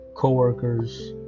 co-workers